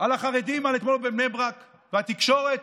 על החרדים אתמול בבני ברק, והתקשורת,